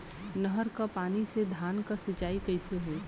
नहर क पानी से धान क सिंचाई कईसे होई?